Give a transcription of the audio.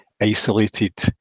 isolated